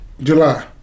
July